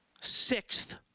sixth